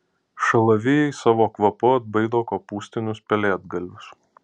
šalavijai savo kvapu atbaido kopūstinius pelėdgalvius